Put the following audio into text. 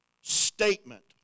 statement